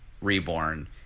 Reborn